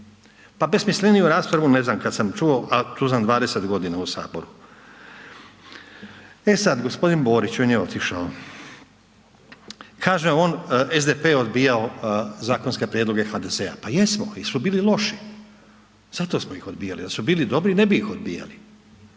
Pa besmisleniju raspravu ne znam kad sam čuo, a tu sam 20 g. u Saboru. E sad g. Borić, on je otišao, kaže on SDP je odbijao zakonske prijedloge HDZ-a, pa jesmo jer su bili loši. Zato smo ih odbijali, da su bili dobri, ne bi ih odbijali.